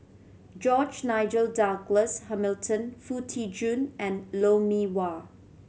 George Nigel Douglas Hamilton Foo Tee Jun and Lou Mee Wah